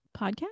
podcast